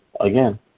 Again